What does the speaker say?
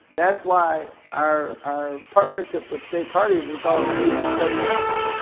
that's why our our partnership with state parties, we call it every zip code counts.